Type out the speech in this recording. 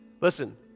Listen